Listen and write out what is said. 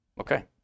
Okay